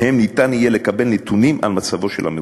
שמהם ניתן יהיה לקבל נתונים על מצבו של המבוטח,